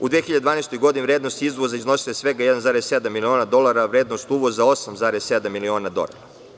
U 2012. godini vrednost izvoza je iznosila svega 1,7 miliona dolara, a vrednost uvoza 8,7 miliona dolara.